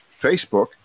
Facebook